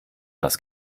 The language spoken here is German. was